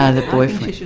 ah the boyfriend. the